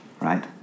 right